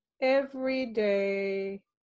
everyday